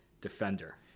defender